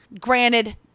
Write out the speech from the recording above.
Granted